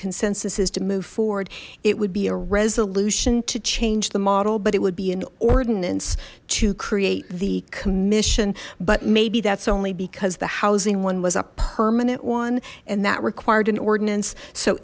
consensus is to move forward it would be a resolution to change the model but it would be an ordinance to create the commission but maybe that's only because the housing one was a permanent one and that required an ordinance so